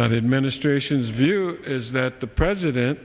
not administration's view is that the president